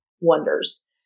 wonders